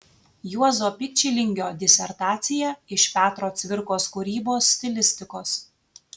juozo pikčilingio disertacija iš petro cvirkos kūrybos stilistikos